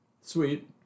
Sweet